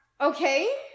Okay